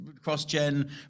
Cross-gen